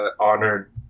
honored